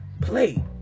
play